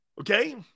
okay